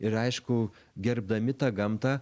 ir aišku gerbdami tą gamtą